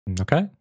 Okay